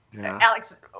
Alex